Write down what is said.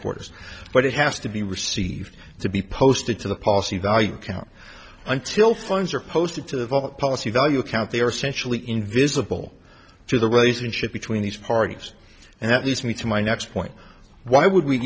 headquarters but it has to be received to be posted to the policy value account until funds are posted to the vault policy value account they are sensually invisible to the relationship between these parties and that leads me to my next point why would we